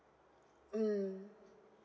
mm